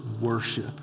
worship